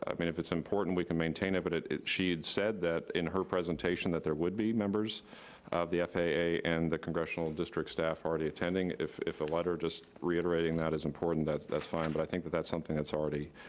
i mean, if it's important, we can maintain but it, but she had said that, in her presentation, that there would be members of the faa and the congressional district staff already attending if if a letter, just reiterating that is important, that's that's fine, but i think that that's something that's already